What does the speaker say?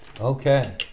Okay